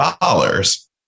dollars